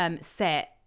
set